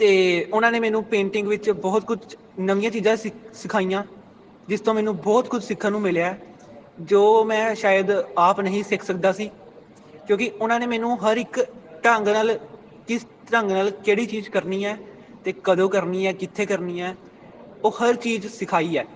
ਅਤੇ ਉਹਨਾਂ ਨੇ ਮੈਨੂੰ ਪੇਂਟਿੰਗ ਵਿੱਚ ਬਹੁਤ ਕੁਝ ਨਵੀਆਂ ਚੀਜ਼ਾਂ ਸੀ ਸਿਖਾਈਆਂ ਜਿਸ ਤੋਂ ਮੈਨੂੰ ਬਹੁਤ ਕੁਝ ਸਿੱਖਣ ਨੂੰ ਮਿਲਿਆ ਜੋ ਮੈਂ ਸ਼ਾਇਦ ਆਪ ਨਹੀਂ ਸਿੱਖ ਸਕਦਾ ਸੀ ਕਿਉਂਕਿ ਉਹਨਾਂ ਨੇ ਮੈਨੂੰ ਹਰ ਇੱਕ ਢੰਗ ਨਾਲ ਕਿਸ ਢੰਗ ਨਾਲ ਕਿਹੜੀ ਚੀਜ਼ ਕਰਨੀ ਹੈ ਅਤੇ ਕਦੋਂ ਕਰਨੀ ਹੈ ਕਿੱਥੇ ਕਰਨੀ ਆ ਉਹ ਹਰ ਚੀਜ਼ ਸਿਖਾਈ ਹੈ